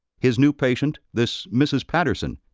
his new patient, this mrs. patterson,